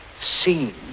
seen